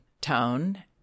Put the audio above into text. tone